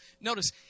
notice